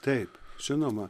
taip žinoma